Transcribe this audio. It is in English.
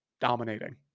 dominating